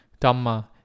Dhamma